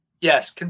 yes